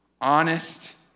honest